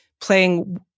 playing